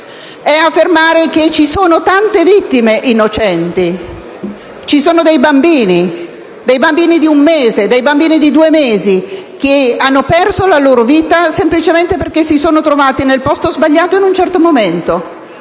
è affermare che ci sono tante vittime innocenti: ci sono bambini, di uno o due mesi, che hanno perso la loro vita semplicemente perché si sono trovati nel posto sbagliato in un certo momento,